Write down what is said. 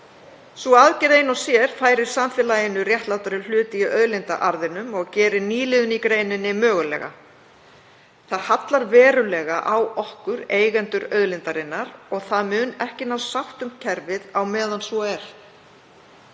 Sú aðgerð ein og sér færir samfélaginu réttlátari hlut í auðlindaarðinum og gerir nýliðun í greininni mögulega. Það hallar verulega á okkur, eigendur auðlindarinnar, og það mun ekki nást sátt um kerfið á meðan svo er.